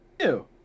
Ew